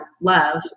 love